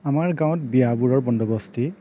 আমাৰ গাঁৱত বিয়াবোৰৰ বন্দৱস্তি